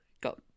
got